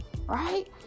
Right